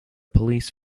police